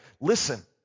Listen